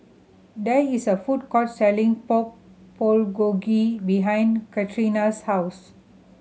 there is a food court selling Pork Bulgogi behind Katrina's house